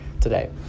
today